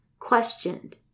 questioned